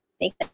make